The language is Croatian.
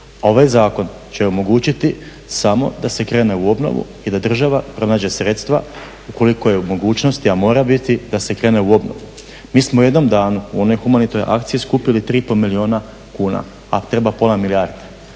Ovaj zakon će omogućiti samo da se krene u obnovu i da država pronađe sredstva ukoliko je u mogućnosti, a mora biti, da se krene u obnovu. Mi smo u jednom danu u onoj humanitarnoj akciji skupili 3,5 milijuna kuna, a treba pola milijarde.